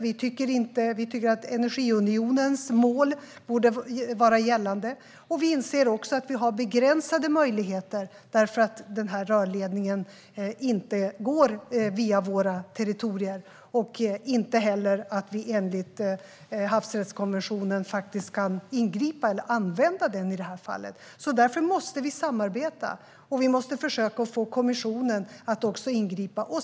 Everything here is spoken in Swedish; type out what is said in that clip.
Vi tycker att energiunionens mål borde gälla. Men vi inser också att vi har begränsade möjligheter, eftersom den här rörledningen inte går via våra territorier. Inte heller kan vi ingripa genom att använda havsrättskonventionen i det här fallet. Därför måste vi samarbeta. Vi måste också försöka få kommissionen att ingripa.